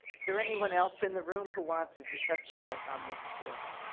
there anyone else in the room who wants to testify on this bill?